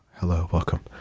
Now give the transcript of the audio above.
hello. welcome.